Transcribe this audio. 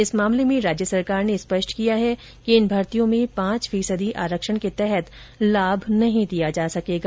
इस मामले में राज्य सरकार ने स्पष्ट किया है कि इन भर्तियों में पांच फीसदी आरक्षण के तहत लाभ नहीं दिया जा सकेंगा